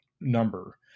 number